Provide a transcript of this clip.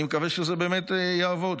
אני מקווה שזה באמת יעבוד.